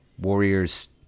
Warriors